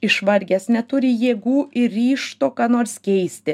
išvargęs neturi jėgų ir ryžto ką nors keisti